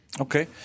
Okay